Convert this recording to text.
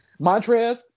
Montrez